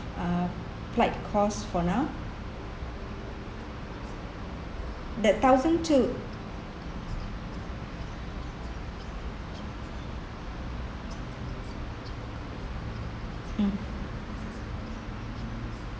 uh flight cost for now the thousand two hmm